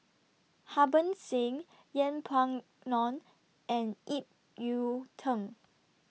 Harbans Singh Yeng Pway Ngon and Ip Yiu Tung